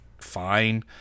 fine